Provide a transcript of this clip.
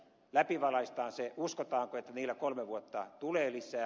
läpivalaistaan se uskotaanko että niillä kolme vuotta tulee lisää